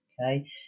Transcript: Okay